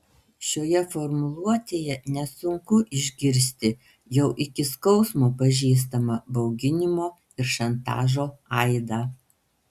šioje formuluotėje nesunku išgirsti jau iki skausmo pažįstamą bauginimo ir šantažo aidą